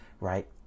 right